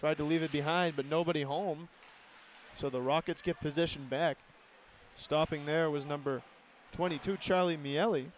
try to leave it behind but nobody home so the rockets get position back stopping there was number twenty two charlie me ellie